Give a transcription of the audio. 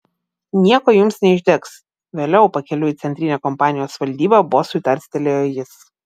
nieko jums neišdegs vėliau pakeliui į centrinę kompanijos valdybą bosui tarstelėjo jis